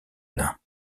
nains